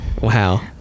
Wow